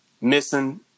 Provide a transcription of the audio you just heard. missing